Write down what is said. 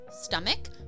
stomach